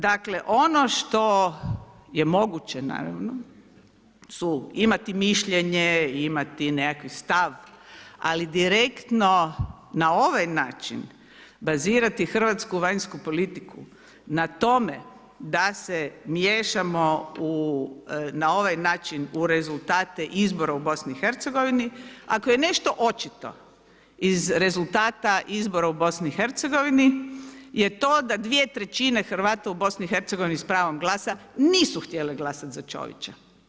Dakle, ono što je moguće naravno su imati mišljenje, imati nekakvi stav, ali direktno na ovaj način bazirati hrvatsku vanjsku politiku, na tome da se miješamo u na ovaj način u rezultate izbora u BiH, ako je nešto očito iz rezultata izbora u BiH je to da 2/3 Hrvata u BiH s pravom glasa nisu htjeli glasati za Čovića.